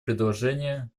предложения